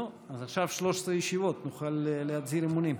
נו, אז עכשיו 13 ישיבות נוכל להצהיר אמונים.